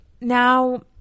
Now